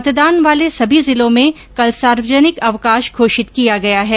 मतदान वाले सभी जिलों में कल सार्वजनिक अवकाश घोषित किया गया है